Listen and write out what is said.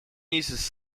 uses